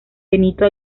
benito